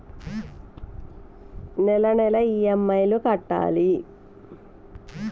Credit కార్డుల బకాయిల నుండి బయటపడటం ఎట్లా?